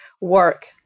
work